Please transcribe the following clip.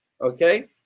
okay